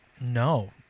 no